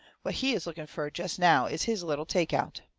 what he is looking fur jest now is his little take-out.